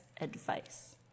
advice